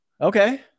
Okay